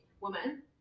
woman